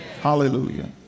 Hallelujah